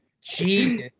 Jesus